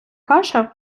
каша